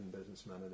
businessman